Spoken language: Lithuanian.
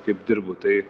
kaip dirbu tai